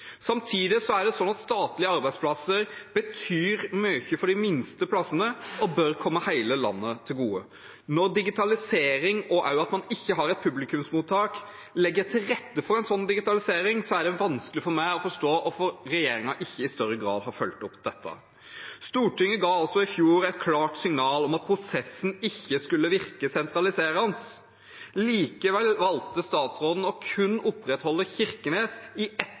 Samtidig betyr statlige arbeidsplasser mye for de minste stedene og bør komme hele landet til gode. Når digitalisering og det at man ikke har et publikumsmottak, legger til rette for dette, er det vanskelig for meg å forstå hvorfor regjeringen ikke i større grad har fulgt det opp. Stortinget ga i fjor et klart signal om at prosessen ikke skulle virke sentraliserende. Likevel valgte statsråden kun å opprettholde kontoret i Kirkenes i